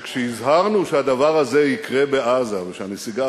שכשהזהרנו שהדבר הזה יקרה בעזה ושהנסיגה